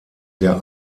der